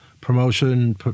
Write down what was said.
promotion